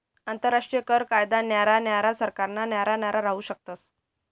आंतरराष्ट्रीय कर कायदा न्यारा न्यारा सरकारना न्यारा न्यारा राहू शकस